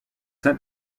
sent